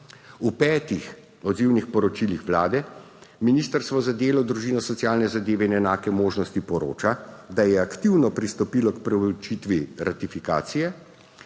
V petih odzivnih poročilih Vlade Ministrstvo za delo, družino, socialne zadeve in enake možnosti poroča, da je aktivno pristopilo k preučitvi ratifikacije,